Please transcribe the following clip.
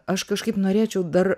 aš kažkaip norėčiau dar